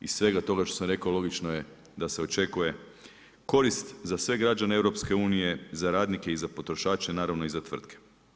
Iz svega toga što sam rekao, logično je da se očekuje, korist za sve građane EU, za radnike i potrošače, naravno i za tvrtke.